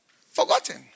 Forgotten